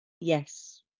yes